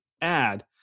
add